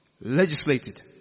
legislated